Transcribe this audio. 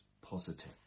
positive